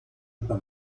über